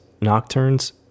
nocturnes